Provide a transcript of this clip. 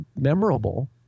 memorable